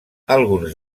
alguns